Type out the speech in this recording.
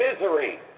misery